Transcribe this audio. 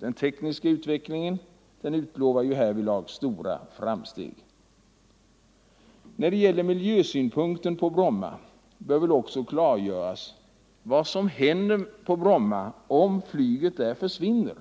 Den tekniska utvecklingen utlovar härvidlag stora framsteg. När det gäller miljösynpunkten bör det väl också klargöras vad som händer på Bromma om flyget försvinner.